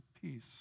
peace